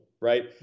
right